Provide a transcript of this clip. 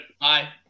Bye